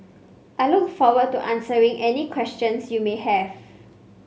I look forward to answering any questions you may have